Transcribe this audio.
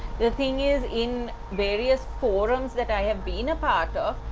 the thing is in various forums that i have been a part of,